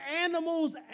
animals